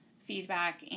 feedback